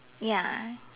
ya